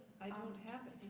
i don't have